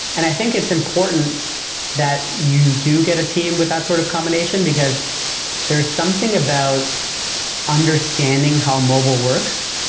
and i think it's important that you do get a team with that sort of combination, because there is something about understanding how mobile works.